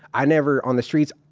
i never. on the streets,